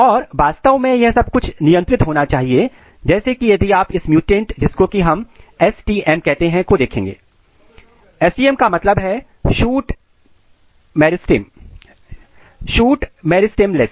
और वास्तव मैं यह सब कुछ नियंत्रित होना चाहिए जैसे कि यदि आप इस म्युटेंट जिसको कि हम STM कहते हैं को देखेंगे STM का मतलब है शूट मेरिस्टमलेस